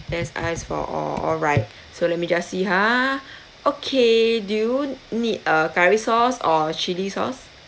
less ice for all alright so let me just see ha okay do you need uh curry sauce or chilli sauce